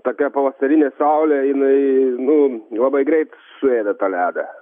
tokia pavasarinė saulė jinai nu labai greit suėda tą ledą